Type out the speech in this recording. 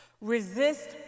Resist